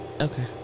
Okay